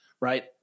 right